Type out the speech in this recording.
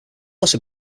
also